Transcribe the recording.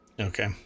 Okay